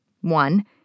one